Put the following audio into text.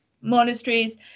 monasteries